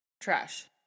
Trash